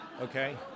Okay